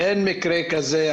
אין מקרה כזה.